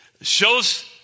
shows